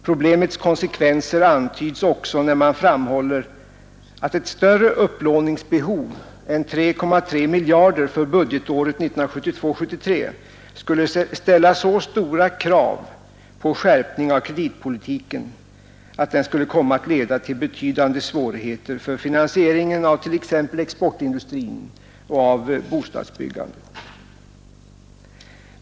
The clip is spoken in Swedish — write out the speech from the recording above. Problemets konsekvenser antyds också, när man framhåller att ett större upplåningsbehov än 3,3 miljarder kronor för budgetåret 1972/73 skulle ställa så stora krav på skärpning av kreditpolitiken att den skulle komma att leda till betydande svårigheter för finansieringen av t.ex. exportindustrin och av bostadsbyggandet.